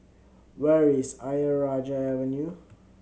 where is Ayer Rajah Avenue